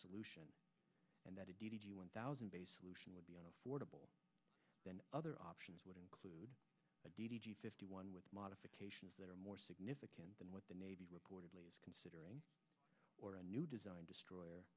solution and that one thousand based solution would be an affordable then other options would include fifty one with modifications that are more significant than what the navy reportedly considering for a new design destroyer